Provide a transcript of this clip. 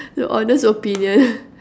the honest opinion